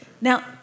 Now